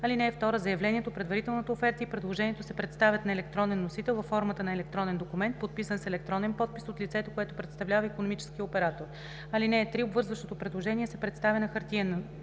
(2) Заявлението, предварителната оферта и предложението се представят на електронен носител във формата на електронен документ, подписан с електронен подпис от лицето, което представлява икономическия оператор. (3) Обвързващото предложение се представя на хартиен